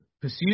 pursue